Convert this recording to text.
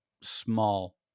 small